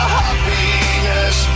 happiness